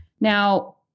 Now